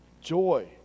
joy